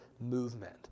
movement